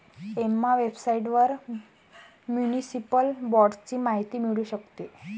Emma वेबसाइटवर municipal बाँडची माहिती मिळू शकते